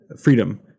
freedom